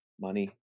money